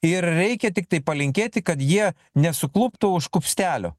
ir reikia tiktai palinkėti kad jie nesukluptų už kupstelio